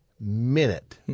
minute